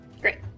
Great